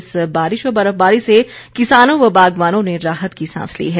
इस बारिश व बर्फबारी से किसानों व बागवानों ने राहत की सांस ली है